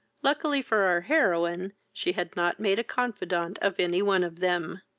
luckily for our heroine, she had not made a confidant of any one of them.